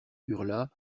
hurla